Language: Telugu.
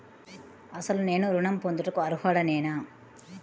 అసలు నేను ఋణం పొందుటకు అర్హుడనేన?